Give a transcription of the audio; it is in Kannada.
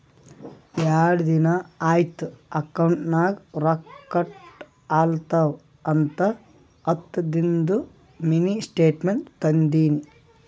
ಯಾಡ್ ದಿನಾ ಐಯ್ತ್ ಅಕೌಂಟ್ ನಾಗ್ ರೊಕ್ಕಾ ಕಟ್ ಆಲತವ್ ಅಂತ ಹತ್ತದಿಂದು ಮಿನಿ ಸ್ಟೇಟ್ಮೆಂಟ್ ತಂದಿನಿ